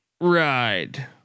ride